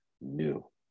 new